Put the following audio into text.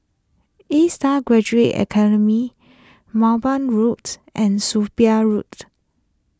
A Star Graduate Academy Mowbray Roads and Sophia Road